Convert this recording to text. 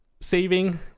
saving